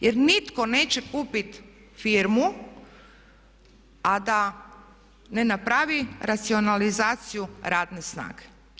Jer nitko neće kupiti firmu a da ne napravi racionalizaciju radne snage.